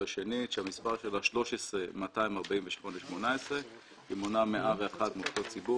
מספר הרשימה הוא 13-248-18 והיא מונה 101 מוסדות ציבור